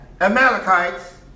Amalekites